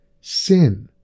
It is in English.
sin